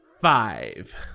five